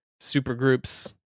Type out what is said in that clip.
supergroups